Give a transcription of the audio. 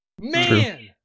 Man